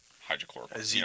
hydrochloric